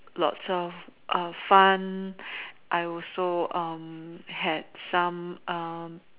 lots of err fun I also um had some um